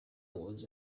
was